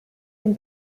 den